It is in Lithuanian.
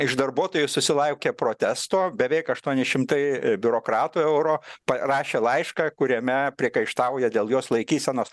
iš darbuotojų susilaukė protesto beveik aštuoni šimtai biurokratų euro parašė laišką kuriame priekaištauja dėl jos laikysenos